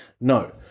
No